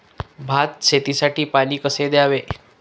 भात शेतीसाठी पाणी कसे द्यावे?